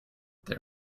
they